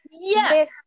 Yes